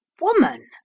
woman